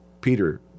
Peter